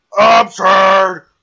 Absurd